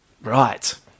Right